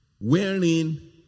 wherein